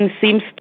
seems